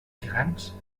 gegants